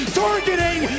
targeting